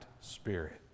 spirit